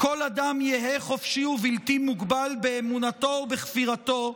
"כל אדם יהי חופשי ובלתי מוגבל באמונתו או בכפירתו,